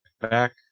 Back